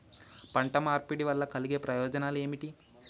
పంట మార్పిడి వల్ల కలిగే ప్రయోజనాలు ఏమిటి?